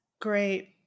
Great